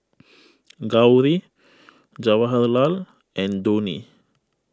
Gauri Jawaharlal and Dhoni